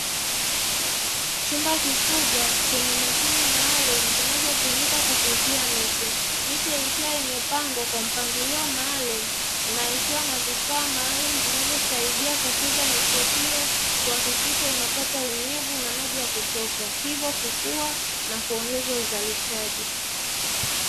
Chumba kikubwa chenye mashine maalumu zinazotumika kukuuzia miche, miche ikiwa imepangwa kwa mpangilio maalum na ikiwa na vifaa maalumu, vinavyosaidia kukuza miche hiyo kuhakikisha inapata unyevu na maji ya kutosha hivyo kukua na kuongeza uzalishaji.